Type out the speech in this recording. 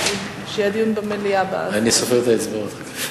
אני סופר את האצבעות.